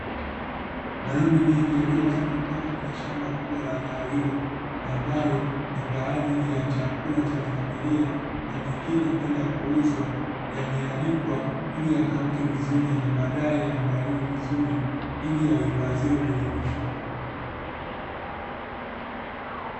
Mahindi mengi yaliyovunwa kutoka kwenye shamba kubwa la zao hilo, ambayo ni kwa ajili ya chakula cha familia na mengine kwenda kuuzwa, yameanikwa ili yakauke vizuri na baadaye yaandaliwe vizuri, ili yahifadhiwe kwenye mifuko.